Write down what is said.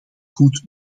goed